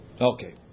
Okay